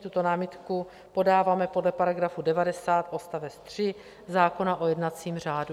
Tuto námitku podáváme podle § 90 odst. 3 zákona o jednacím řádu.